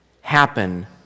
happen